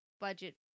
budget